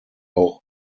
auch